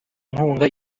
nkunga